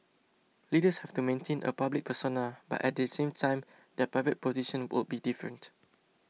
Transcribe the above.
leaders have to maintain a public persona but at the same time their private position would be different